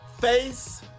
Face